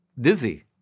dizzy